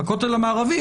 בכותל המערבי,